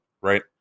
right